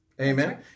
Amen